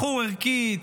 בחור ערכי,